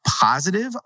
positive